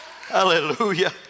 Hallelujah